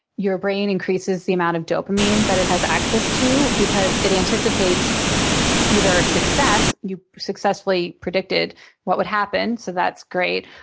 your brain increases the amount of dopamine that it has access to because it anticipates either success you successfully predicted what would happen so that's great.